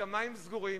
השמים סגורים,